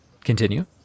Continue